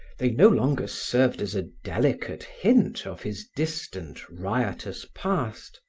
they no longer served as a delicate hint of his distant riotous past.